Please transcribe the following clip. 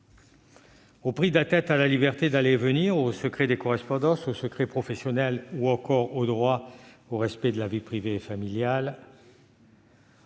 Au prix d'atteintes à la liberté d'aller et venir, au secret des correspondances, au secret professionnel ou encore au droit au respect de la vie privée et familiale